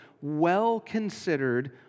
well-considered